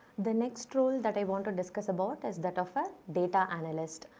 the next role that i want to discuss about is that of a data analyst.